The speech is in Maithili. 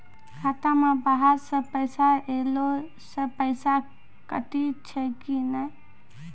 खाता मे बाहर से पैसा ऐलो से पैसा कटै छै कि नै?